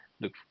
look